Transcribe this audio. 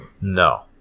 No